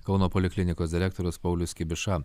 kauno poliklinikos direktorius paulius kibiša